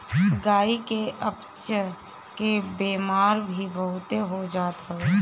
गाई के अपच के बेमारी भी बहुते हो जात हवे